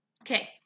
Okay